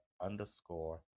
underscore